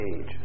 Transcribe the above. age